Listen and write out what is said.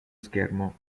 schermo